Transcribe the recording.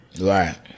Right